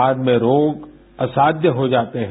बाद में रोग असाध्य हो जाते हैं